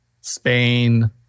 Spain